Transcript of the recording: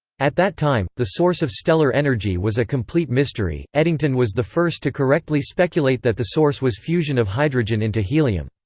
at that time, the source of stellar energy was a complete mystery eddington was the first to correctly speculate that the source was fusion of hydrogen into helium.